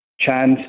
Chance